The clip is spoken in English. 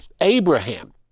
abraham